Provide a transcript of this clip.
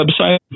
website